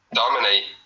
dominate